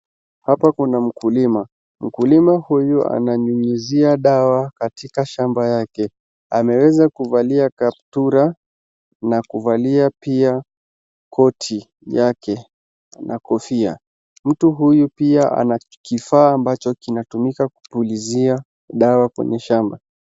Hapa kuna mkulima, mkulima huyu ananyunyizia dawa katika shamba yake ameweza kuvalia kaptura na kuvalia pia koti yake na kofia, mtu huyu pia ana kifaa ambacho kinatumiwa kupulizia dawa kwenye shamba.